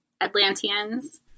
atlanteans